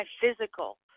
physical